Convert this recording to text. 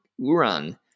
Uran